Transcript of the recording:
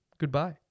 Goodbye